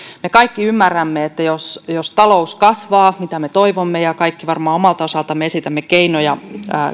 me kaikki ymmärrämme että vaikka talous kasvaa mitä me toivomme ja me kaikki varmaan omalta osaltamme esitämme keinoja